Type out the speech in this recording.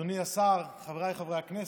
אדוני השר, חבריי חברי הכנסת,